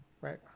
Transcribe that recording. Right